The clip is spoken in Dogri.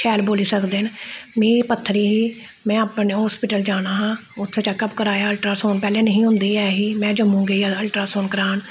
शैल बोल्ली सकदे न मी पत्थरी ही में अपने हास्पटिल जाना हा उत्थै चैक्कअप कराया अलट्रासाउंड पैह्लें हैनी हे होंदे ऐ ही में जम्मू गेई अलट्रासांउड करान